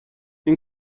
این